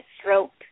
stroke